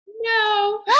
No